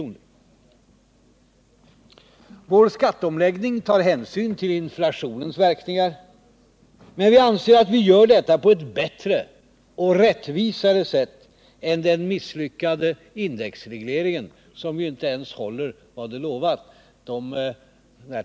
Vi tar i vår skatteomläggning hänsyn till inflationens verkningar, men vi anser att vi gör detta på ett bättre och rättvisare sätt än den misslyckade indexregleringen, som ju inte håller vad den lovar.